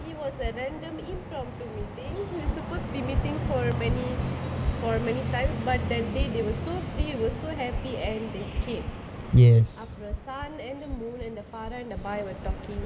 it was a random impromptu meeting we were supposed to be meeting for many for many times but that day they were so free were so happy and they keep அப்பறம்:apparam sun and the moon and the farah and the bai were talking